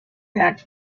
packed